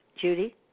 Judy